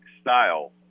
style